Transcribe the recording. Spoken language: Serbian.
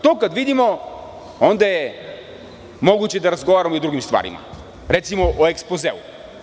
To kad vidimo, onda je moguće da razgovaramo i o drugim stvarima, recimo o ekspozeu.